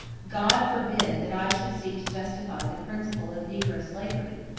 god forbid that i should seek to justify the principle of negro slavery,